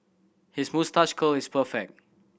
his moustache curl is perfect